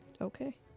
Okay